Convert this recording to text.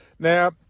Now